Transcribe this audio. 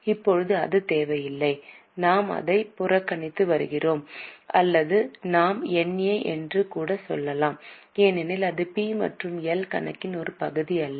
இப்போது அது தேவையில்லை நாம் அதைப் புறக்கணித்து வருகிறோம் அல்லது நாம் NA என்று கூட சொல்லலாம் ஏனெனில் இது பி மற்றும் எல் கணக்கின் ஒரு பகுதி அல்ல